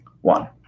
one